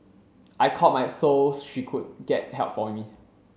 I called my so she could get help for me